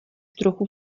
trochu